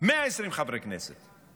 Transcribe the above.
120 חברי כנסת,